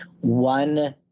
one